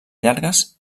llargues